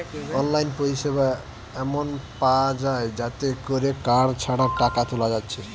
online পরিসেবা এমন পায়া যায় যাতে কোরে কার্ড ছাড়া টাকা তুলা যাচ্ছে